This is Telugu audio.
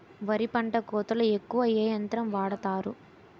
వరి పంట కోతలొ ఎక్కువ ఏ యంత్రం వాడతారు?